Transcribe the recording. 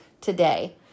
today